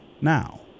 now